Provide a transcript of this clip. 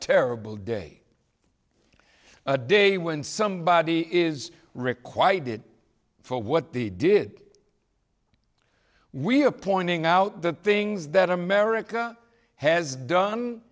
terrible day a day when somebody is required it for what they did we're pointing out the things that america has done